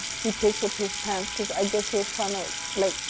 he picks up his pants because i guess he was trying to, like,